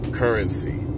currency